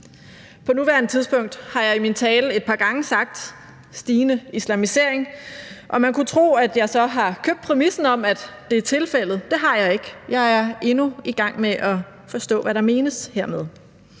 På nuværende tidspunkt har jeg i min tale et par gange sagt stigende islamisering, og man kunne tro, at jeg så har købt præmissen om, at det er tilfældet. Det har jeg ikke. Jeg er endnu i gang med at forstå, hvad der menes med